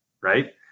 right